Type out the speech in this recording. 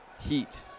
heat